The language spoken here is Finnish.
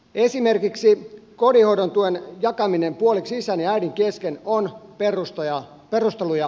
esimerkiksi kotihoidon tuen jakaminen puoliksi isän ja äidin kesken on perusteluja vaille